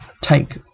take